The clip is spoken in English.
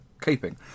keeping